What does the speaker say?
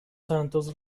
santos